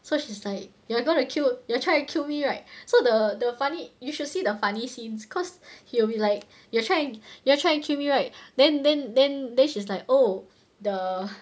so she's like you are gonna kill you're trying to kill me right so the the funny you should see the funny scenes cause he will be like you are trying you are trying to kill me right then then then then she's like oh the